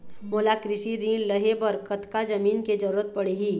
मोला कृषि ऋण लहे बर कतका जमीन के जरूरत पड़ही?